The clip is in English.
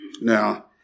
Now